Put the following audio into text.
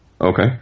Okay